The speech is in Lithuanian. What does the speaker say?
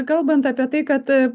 kalbant apie tai kad